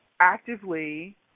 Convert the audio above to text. actively